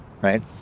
Right